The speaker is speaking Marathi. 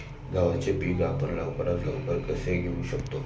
गव्हाचे पीक आपण लवकरात लवकर कसे घेऊ शकतो?